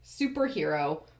superhero